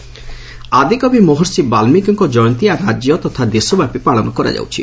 ବାଲ୍କିକୀ ଜୟନ୍ତୀ ଆଦିକବି ମହର୍ଷି ବାଲ୍ଗିକୀଙ୍କ ଜୟନ୍ତୀ ଆଜି ରାଜ୍ୟ ତଥା ଦେଶବ୍ୟାପି ପାଳନ କରାଯାଉଛି